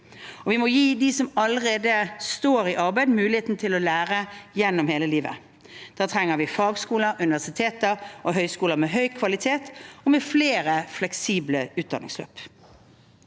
også gi dem som allerede står i arbeid, muligheten til å lære gjennom hele livet. Da trenger vi fagskoler, universiteter og høyskoler med høy kvalitet og med flere fleksible utdanningsløp.